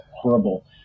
horrible